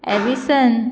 एविसन